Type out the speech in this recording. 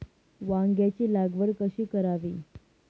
वांग्यांची लागवड कशी करावी?